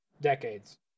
decades